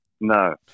No